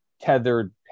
tethered